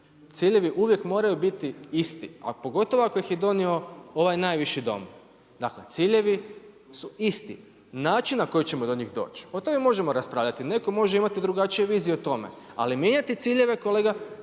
Ciljevi uvijek moraju biti isti, a pogotovo ako ih je donio ovaj najviši Dom. Dakle, ciljevi su isti. Način na koji ćemo do njih doći o tome možemo raspravljati. Netko može imati drugačije vizije o tome, ali mijenjati ciljeve kolega